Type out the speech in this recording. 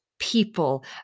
People